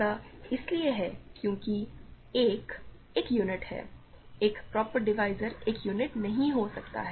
ऐसा इसलिए है क्योंकि 1 एक यूनिट है एक प्रॉपर डिवीज़र एक यूनिट नहीं हो सकता